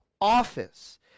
office